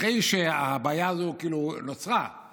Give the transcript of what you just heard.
אחרי שהבעיה הזו כאילו נוצרה,